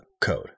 code